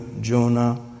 Jonah